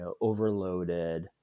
overloaded